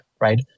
right